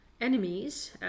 enemies